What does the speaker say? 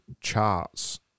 charts